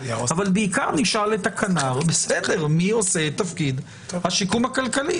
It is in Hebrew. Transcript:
אבל בעיקר נשאל את הכנ"ר מי עושה את תפקיד השיקום הכלכלי.